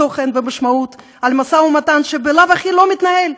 תוכן ומשמעות על משא ומתן שבלאו הכי לא מתנהל,